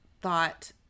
thought